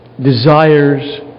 desires